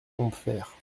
combeferre